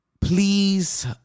please